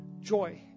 Joy